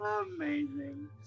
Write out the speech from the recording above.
Amazing